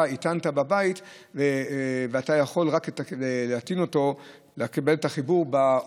מטעין בבית ואתה יכול לקבל את החיבור באוטובוס.